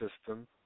system